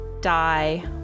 die